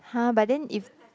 [huh] but then if